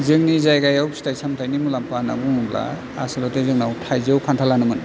जोंनि जायगायाव फिथाइ सामथाइनि मुलाम्फा होननानै बुंब्ला आस'लथे जोंनाव थाइजौ खान्थालानोमोन